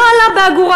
לא עלה באגורה,